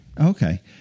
okay